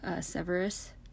Severus